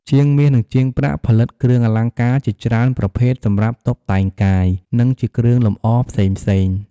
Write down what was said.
ជាងមាស និងជាងប្រាក់ផលិតគ្រឿងអលង្ការជាច្រើនប្រភេទសម្រាប់តុបតែងកាយ និងជាគ្រឿងលម្អផ្សេងៗ។